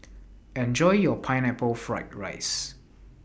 Enjoy your Pineapple Fried Rice